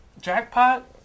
Jackpot